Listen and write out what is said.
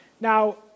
Now